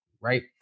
right